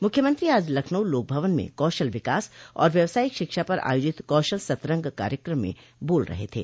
मुख्यमंत्री आज लखनऊ लोकभवन में कौशल विकास और व्यवसायिक शिक्षा पर आयोजित कौशल सतरंग कार्यक्रम में बोल रहे थे